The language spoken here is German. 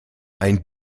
ein